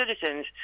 citizens